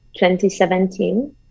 2017